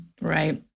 Right